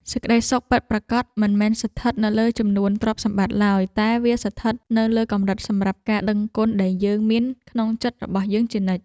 សេចក្ដីសុខពិតប្រាកដមិនមែនស្ថិតនៅលើចំនួនទ្រព្យសម្បត្តិឡើយតែវាស្ថិតនៅលើកម្រិតសម្រាប់ការដឹងគុណដែលយើងមានក្នុងចិត្តរបស់យើងជានិច្ច។